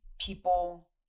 people